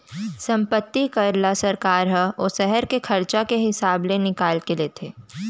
संपत्ति कर ल सरकार ह ओ सहर के खरचा के हिसाब ले निकाल के लेथे